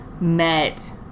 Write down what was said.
met